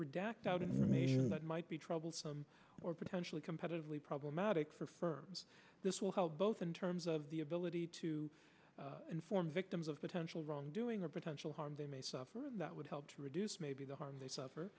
redact out it mean that might be troublesome or potentially competitively problematic for firms this will help both in terms of the ability to inform victims of potential wrongdoing or potential harm they may suffer that would help to reduce maybe the harm they suffer